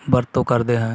ਵਰਤੋਂ ਕਰਦੇ ਹੈ